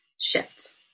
shift